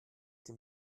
dem